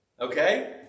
Okay